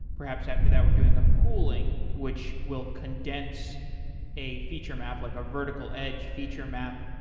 perhaps after that, were doing a pooling which will condense a feature map like a vertical edge feature map.